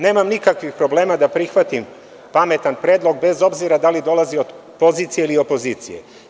Nemam nikakvih problema da prihvatim pametan predlog, bez obzira da li dolazi od pozicije ili opozicije.